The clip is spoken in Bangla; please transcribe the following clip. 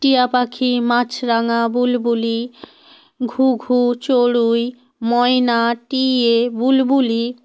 টিয়া পাখি মাছরাঙা বুলবুলি ঘুঘু চড়ুই ময়না টিয়া বুলবুলি